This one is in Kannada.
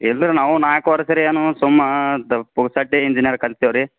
ಇಲ್ದೆರೆ ನಾವು ನಾಲ್ಕು ವರ್ಷರಿ ಏನು ಸುಮ್ಮಾ ದ್ ಪುಕ್ಸಟ್ಟೆ ಇಂಜಿನಿಯರ್ ಕಲ್ತೇವ್ರಿ